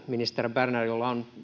ministeri berner jolla on